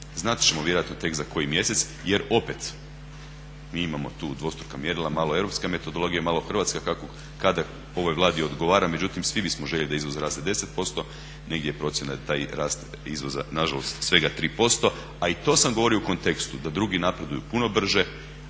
Znat ćemo vjerojatno tek za koji mjesec, jer opet mi imamo tu dvostruka mjerila. Malo europska metodologija, malo hrvatska, kako kada ovoj Vladi odgovara. Međutim, svi bismo željeli da izvoz raste 10%. Negdje je procjena da taj rast izvoza nažalost svega 3%. A i to sam govorio u kontekstu da drugi napreduju puno brže,